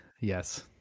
yes